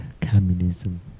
communism